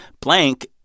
Blank